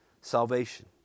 salvation